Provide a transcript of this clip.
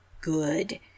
good